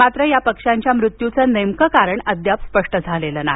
मात्र या पक्षांच्या मृत्यूचं नेमकं कारण अजून स्पष्ट झालेलं नाही